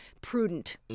prudent